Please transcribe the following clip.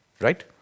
right